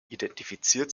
identifiziert